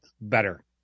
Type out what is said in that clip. Better